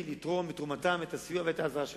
לתרום את תרומתם, להביא את הסיוע והעזרה שלהם.